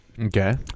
Okay